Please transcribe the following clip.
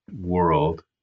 world